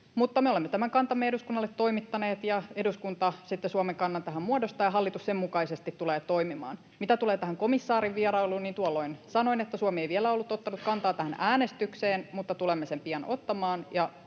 me olemme tämän kantamme eduskunnalle toimittaneet, eduskunta sitten Suomen kannan tähän muodostaa, ja hallitus sen mukaisesti tulee toimimaan. Mitä tulee tähän komissaarin vierailuun, niin tuolloin sanoin, että Suomi ei vielä ole ottanut kantaa tähän äänestykseen, mutta tulemme pian ottamaan,